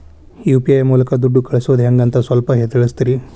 UPI ಮೂಲಕ ದುಡ್ಡು ಕಳಿಸೋದ ಹೆಂಗ್ ಅಂತ ಸ್ವಲ್ಪ ತಿಳಿಸ್ತೇರ?